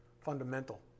fundamental